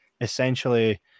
essentially